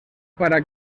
para